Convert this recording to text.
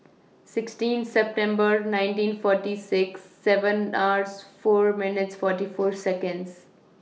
sixteen September nineteen forty six seven R four minutes forty four Seconds